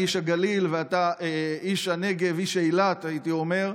אני איש הגליל ואתה איש הנגב איש אילת הייתי אומר,